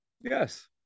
Yes